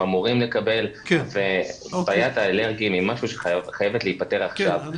אמורים לקבל ובעיית האלרגיים היא משהו שחייב להפתר עכשיו.